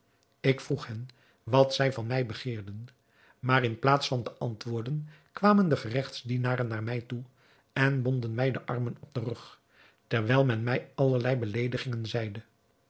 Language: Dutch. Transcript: ik vroeg hen wat zij van mij begeerden maar in plaats van te antwoorden kwamen de geregtsdienaren naar mij toe en bonden mij de armen op den rug terwijl men mij allerlei beleedigingen zeide